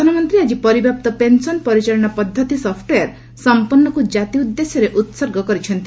ପ୍ରଧାନମନ୍ତ୍ରୀ ଆକ୍କି ପରିବ୍ୟାପ୍ତ ପେନ୍ସନ୍ ପରିଚାଳନା ପଦ୍ଧତି ସପୂଓ୍ୱେୟାର୍ 'ସମ୍ପନ୍ନ'କୁ ଜାତି ଉଦ୍ଦେଶ୍ୟରେ ଉତ୍ଗ କରିଛନ୍ତି